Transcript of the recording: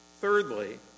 Thirdly